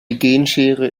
genschere